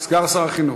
סגן שר החינוך.